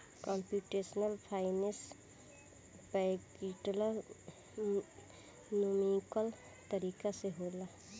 computational finance practical numerical तरीका से होला